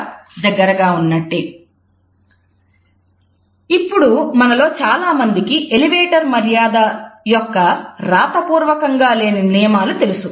దగ్గరగా ఉన్నట్టే ఇప్పుడు మనలో చాలామందికి ఎలివేటర్ మర్యాద యొక్క రాతపూర్వకంగా లేని నియమాలు తెలుసు